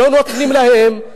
לא נותנים להם,